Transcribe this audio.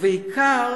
ובעיקר